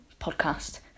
podcast